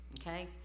okay